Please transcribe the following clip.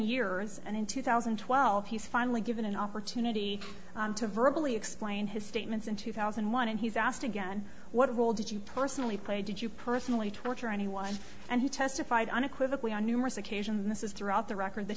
years and in two thousand and twelve he's finally given an opportunity to virtually explain his statements in two thousand and one and he's asked again what role did you personally play did you personally torture anyone and he testified unequivocally on numerous occasions as throughout the record that